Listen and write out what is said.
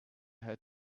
had